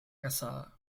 casada